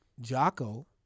Jocko